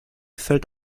fällt